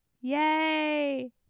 yay